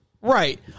right